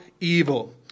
evil